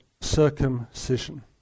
circumcision